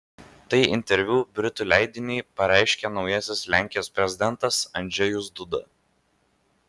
tai interviu britų leidiniui pareiškė naujasis lenkijos prezidentas andžejus duda